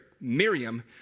Miriam